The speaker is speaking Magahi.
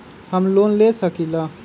हम लोन ले सकील?